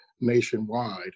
nationwide